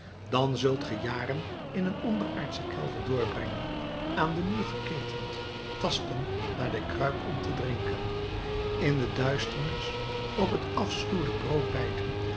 dan zult ge jaren in een onderaardschen kelder doorbrengen aan den muur geketend tasten naar de kruik om te drinken in de duisternis op het afschuwelijk brood bijten